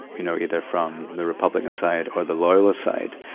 you know, either from the republican side or the loyalist side.